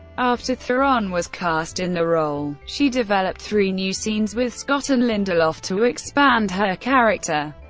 after theron was cast in the role, she developed three new scenes with scott and lindelof to expand her character.